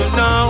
no